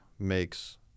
makes